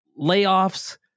layoffs